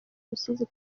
rusizi